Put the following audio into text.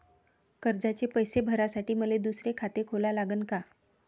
कर्जाचे पैसे भरासाठी मले दुसरे खाते खोला लागन का?